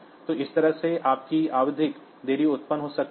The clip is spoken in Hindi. तो इस तरह से आपकी आवधिक देरी उत्पन्न हो सकती है